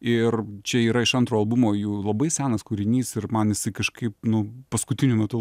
ir čia yra iš antro albumo jų labai senas kūrinys ir man jisai kažkaip nu paskutiniu metu